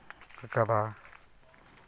ᱟᱠᱟᱫᱟ